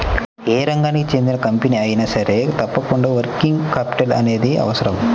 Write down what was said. యే రంగానికి చెందిన కంపెనీ అయినా సరే తప్పకుండా వర్కింగ్ క్యాపిటల్ అనేది అవసరం